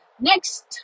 Next